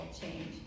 change